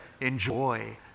enjoy